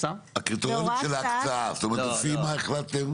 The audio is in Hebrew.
הקריטריונים של ההקצאה, זאת אומרת לפי מה החלטתם?